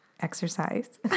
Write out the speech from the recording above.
Exercise